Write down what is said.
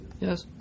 yes